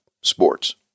sports